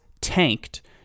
tanked